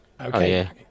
Okay